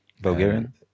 Bulgarian